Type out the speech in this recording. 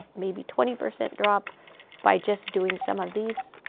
maybe twenty percent drop by just doing some of these,